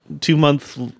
two-month